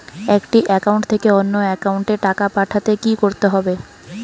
একটি একাউন্ট থেকে অন্য একাউন্টে টাকা পাঠাতে কি করতে হবে?